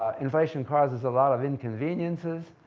ah inflation causes a lot of inconveniences,